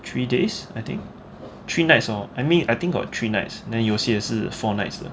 three days I think three nights or I mean I think got three nights then 有些是 four nights 的